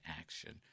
action